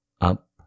up